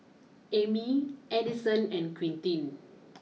Emmy Edison and Quintin